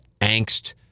angst